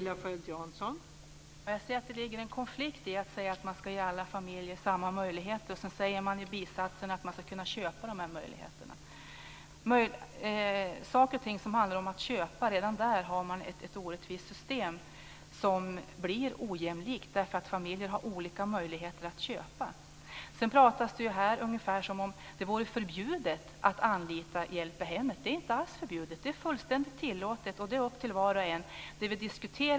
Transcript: Fru talman! Jag ser att det ligger en konflikt i att säga att man ska ge alla familjer samma möjligheter, och sedan säger man i bisatsen att det ska gå att köpa de möjligheterna. Redan när det handlar om att saker och ting går att köpa har man ett orättvist system som blir ojämlikt därför att familjer har olika möjligheter att köpa. Det pratas här ungefär som om det vore förbjudet att anlita hjälp i hemmet. Det är inte alls förbjudet. Det är fullständigt tillåtet och det är upp till var och en.